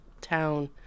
town